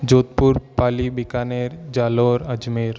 Jodhpur Pali Bikaner Jalore Ajmer